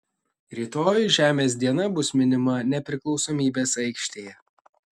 rytoj žemės diena bus minima nepriklausomybės aikštėje